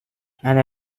and